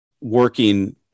working